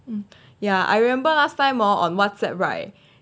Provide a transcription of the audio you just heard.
um ya I remember last time hor on WhatsApp right